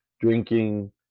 drinking